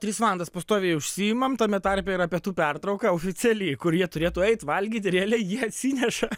tris valandas pastoviai užsiimam tame tarpe yra pietų pertrauka oficialiai kur jie turėtų eit valgyt realiai jie atsineša